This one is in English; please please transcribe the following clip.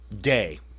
day